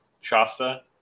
Shasta